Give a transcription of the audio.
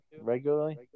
regularly